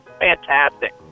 fantastic